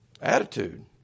Attitude